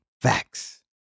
Facts